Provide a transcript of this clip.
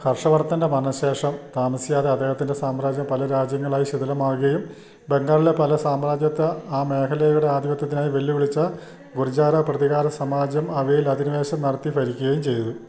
ഹർഷവർദ്ധന്റെ മരണശേഷം താമസിയാതെ അദ്ദേഹത്തിന്റെ സാമ്രാജ്യം പല രാജ്യങ്ങളായി ശിഥിലമാകുകയും ബംഗാളിലെ പല സാമ്രാജ്യത്തെ ആ മേഖലയുടെ ആധിപത്യത്തിനായി വെല്ലുവിളിച്ച ഗുര്ജാര പ്രതിഹാര സമാജം അവയില് അധിനിവേശം നടത്തി ഭരിക്കുകയും ചെയ്തു